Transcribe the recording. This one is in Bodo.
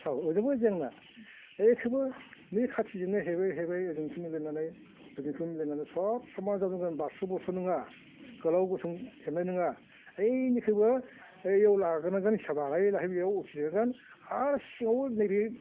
ओजोंबो जेंना एखौबो नै खाथिजोंनो हेबै हेबै ओजों खुन मिलायनानै बिदिखौनो लेरनांगौ सब समान जानांगोन बारस' बुरस' नङा गोलाव गुसुं हेबनाय नङा ओइनिखौबो ओइयाव लाग्रोनांगोन हिसाब लायै लायै बेयाव उथिहैगोन आरो सिङावबो नैबे